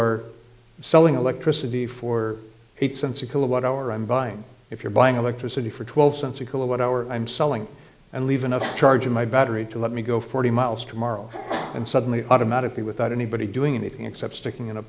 were selling electricity for eight cents a kilowatt hour i'm buying if you're buying electricity for twelve cents a kilowatt hour i'm selling and leave enough charge in my battery to let me go forty miles tomorrow and suddenly automatically without anybody doing anything except sticking in a